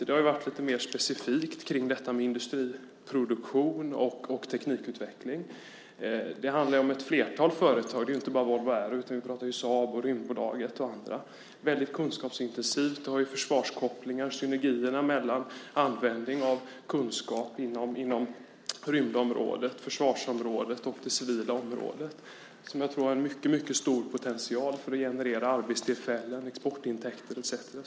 Det har handlat lite mer specifikt om industriproduktion och teknikutveckling. Det handlar om ett flertal företag. Det är inte bara Volvo Aero, utan vi talar också om Saab, Rymdbolaget och andra. De är mycket kunskapsintensiva och har försvarskopplingar. Det finns synergier mellan användning av kunskap inom rymdområdet, försvarsområdet och det civila området som jag tror har en mycket stor potential för att generera arbetstillfällen, exportintäkter etcetera.